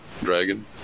dragon